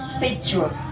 picture